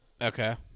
Okay